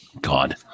god